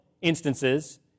instances